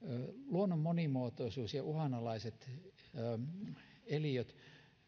luonnon monimuotoisuus ja uhan alaiset eliöt